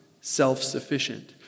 self-sufficient